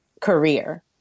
career